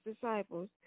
disciples